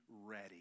ready